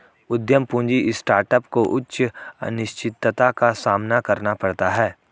उद्यम पूंजी स्टार्टअप को उच्च अनिश्चितता का सामना करना पड़ता है